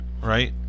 Right